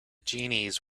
genies